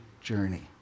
journey